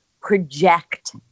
project